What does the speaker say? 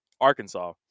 Arkansas